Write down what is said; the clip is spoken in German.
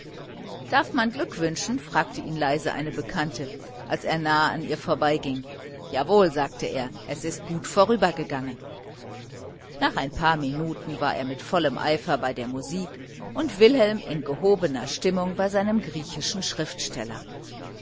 darf man gratulieren fragte ihn leise eine bekannte als er nahe an ihr vorbeiging jawohl sagte er es ist gut vorübergegangen nach ein paar minuten war er mit vollem eifer bei der musik und wilhelm in gehobener stimmung bei seinem griechischen schriftsteller